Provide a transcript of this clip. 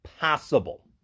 possible